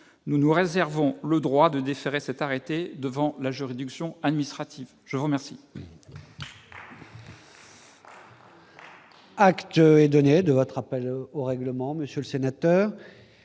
Nous nous réservons le droit de déférer cet arrêté devant la juridiction administrative. Acte vous est